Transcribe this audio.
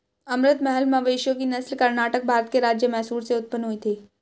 अमृत महल मवेशियों की नस्ल कर्नाटक, भारत के राज्य मैसूर से उत्पन्न हुई थी